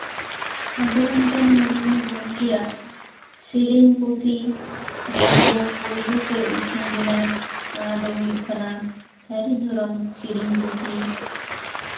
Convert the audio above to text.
ᱥᱟᱹᱫᱷᱩ ᱨᱟᱢᱪᱟᱸᱫᱽ ᱢᱩᱨᱢᱩ ᱜᱚᱢᱠᱮᱭᱟᱜ ᱥᱮᱨᱮᱧ ᱯᱩᱛᱷᱤ ᱡᱟᱦᱟᱸ ᱫᱚ ᱯᱳᱭᱞᱳ ᱛᱮ ᱩᱪᱷᱟᱹᱱ ᱞᱮᱱᱟ ᱚᱱᱟ ᱫᱚ ᱦᱩᱭᱩᱜ ᱠᱟᱱᱟ ᱥᱟᱹᱨᱤ ᱫᱷᱚᱨᱚᱢ ᱥᱮᱨᱮᱧ ᱯᱩᱛᱷᱤ